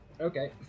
Okay